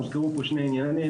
הוזכרו פה שני עניינים,